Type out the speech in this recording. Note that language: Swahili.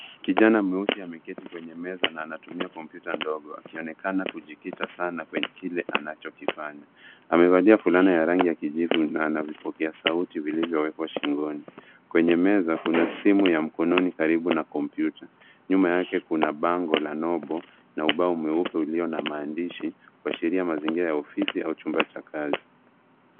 Kijana mweusi ameketi kwenye meza na anatumia kompyuta ndogo akionekana kujikita sana kwenye kile anachokifanya. Amevalia fulana ya rangi ya kijivu na ana vipokea sauti vilivyowekwa shingoni. Kwenye meza kuna simu ya mkononi karibu na kompyuta. Nyuma yake kuna bango la nobo na ubao mweupe ulio na maandishi kuashiria mazingira ya ofisi au chumba cha kazi